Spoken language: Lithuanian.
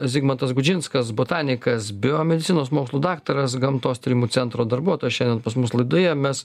zigmantas gudžinskas botanikas biomedicinos mokslų daktaras gamtos tyrimų centro darbuotojas šiandien pas mus laidoje mes